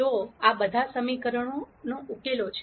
તો આ બધાં આ સમીકરણોનાં ઉકેલો છે